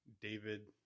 David